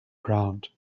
ground